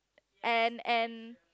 and and